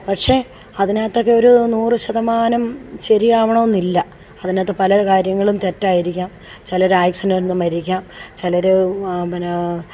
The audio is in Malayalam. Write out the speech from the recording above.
പക്ഷേ അതിനകത്തൊക്കെ ഒരു നൂറ് ശതമാനം ശരിയാവണമെന്നില്ല അതിനകത്ത് പല കാര്യങ്ങളും തെറ്റായിരിക്കാം ചിലർ ആക്സിഡൻറിൽ മരിക്കാം ചിലർ പിന്നെ